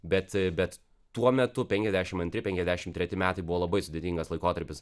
bet bet tuo metu penkiasdešim antri penkiasdešim treti metai buvo labai sudėtingas laikotarpis